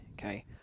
okay